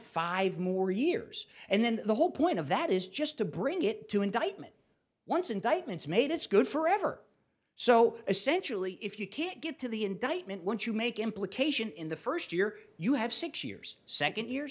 five more years and then the whole point of that is just to bring it to indictment once indictments made it's good for ever so essentially if you can't get to the indictment once you make implication in the first year you have six years second year